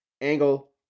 Angle